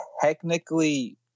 technically